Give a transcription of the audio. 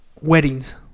weddings